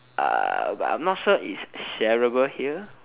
uh but I'm not sure is shareable here